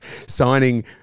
Signing